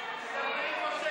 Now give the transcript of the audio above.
תדברי עם משה